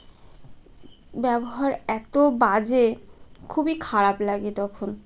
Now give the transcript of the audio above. ব্যবহার এতো বাজে খুবই খারাপ লাগে তখন